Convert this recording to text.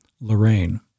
Lorraine